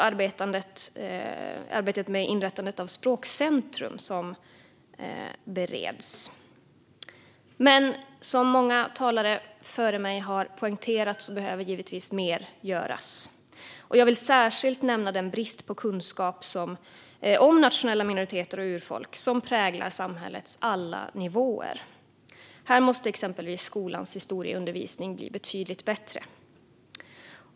Även arbetet med inrättandet av ett språkcentrum bereds. Men som många talare före mig har poängterat behöver givetvis mer göras. Jag vill särskilt nämna den brist på kunskap om nationella minoriteter och urfolk som präglar samhällets alla nivåer. Här måste exempelvis skolans historieundervisning bli betydligt bättre.